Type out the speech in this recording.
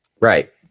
Right